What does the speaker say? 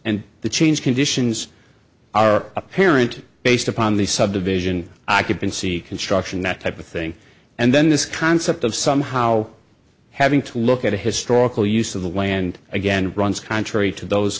and the change conditions are apparent based upon the subdivision occupancy construction that type of thing and then this concept of somehow having to look at a historical use of the land again runs contrary to those